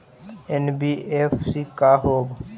NBFC का होब?